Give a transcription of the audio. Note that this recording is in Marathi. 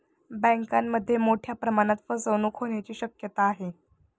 बँकांमध्ये मोठ्या प्रमाणात फसवणूक होण्याची शक्यता आहे